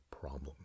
problem